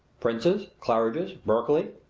prince's? claridge's? berkeley?